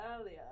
earlier